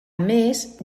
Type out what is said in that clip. més